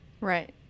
right